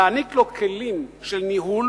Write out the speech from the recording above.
להעניק לו כלים של ניהול